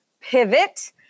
pivot